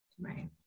right